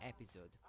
episode